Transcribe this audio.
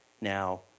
now